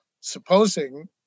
Supposing